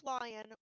lion